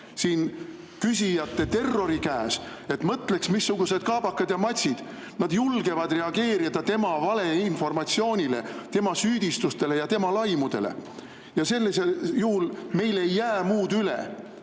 siin küsijate terrori käes, et mõtleks, missugused kaabakad ja matsid, nad julgevad reageerida tema valeinformatsioonile, tema süüdistustele ja tema laimudele. Ja sellisel juhul meil ei jää muud üle,